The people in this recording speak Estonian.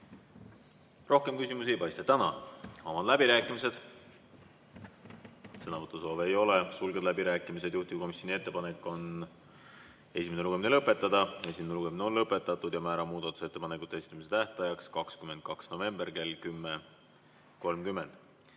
Rohkem küsimusi ei paista. Tänan! Avan läbirääkimised. Sõnavõtusoove ei ole, sulgen läbirääkimised. Juhtivkomisjoni ettepanek on esimene lugemine lõpetada. Esimene lugemine on lõpetatud ja määran muudatusettepanekute esitamise tähtajaks 22. novembri kell 10.30.